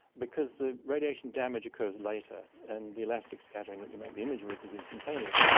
because the radiation damage occurs later, and the elastic scattering that you make the image with is instantaneous.